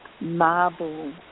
marble